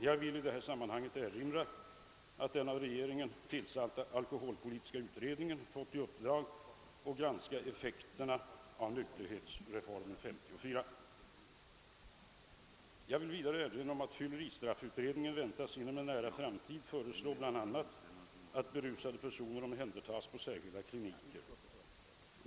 Jag vill i detta sammanhang först erinra om att den av regeringen hösten 1965 tillsatta alkoholpolitiska utredningen fått i uppdrag att granska effekten av 1954 års nykterhetsreform. Jag vill vidare erinra om att fylleristraffutredningen väntas inom en nä ra framtid föreslå bl.a. att berusade personer omhändertas på särskilda kliniker.